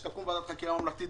שתקום ועדת חקירה ממלכתית,